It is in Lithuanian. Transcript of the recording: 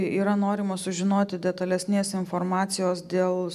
yra norima sužinoti detalesnės informacijos dėl